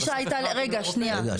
והדרישה הייתה, רגע שנייה.